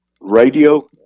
radio